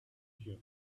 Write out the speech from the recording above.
here